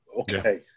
Okay